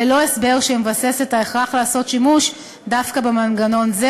ללא הסבר שמבסס את ההכרח לעשות שימוש דווקא במנגנון זה.